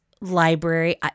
library